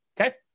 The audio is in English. Okay